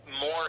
more